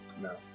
no